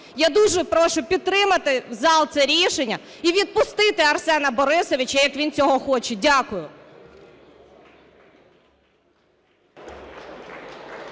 Я дуже прошу підтримати зал це рішення і відпустити Арсена Борисовича, як він цього хоче. Дякую.